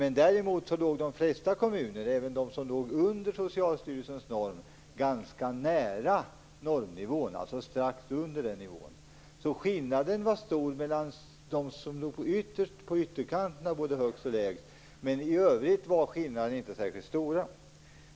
Däremot låg de flesta kommuner, även de som låg under Socialstyrelsens norm, ganska nära normnivån, alltså strax under den nivån. Skillnaden var stor mellan dem som låg på ytterkanterna vad gäller lägst och högst, men i övrigt var inte skillnaderna särskilt stora.